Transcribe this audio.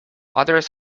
others